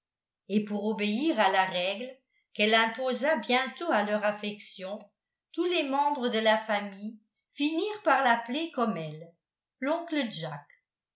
et pour obéir à la règle qu'elle imposa bientôt à leur affection tous les membres de la famille finirent par l'appeler comme elle l'oncle jack